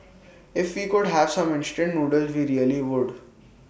if we could have some instant noodles we really would